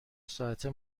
ساعته